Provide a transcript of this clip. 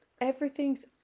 everything's